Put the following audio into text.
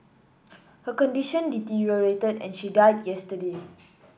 her condition deteriorated and she died yesterday